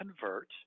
convert